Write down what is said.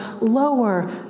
lower